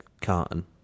carton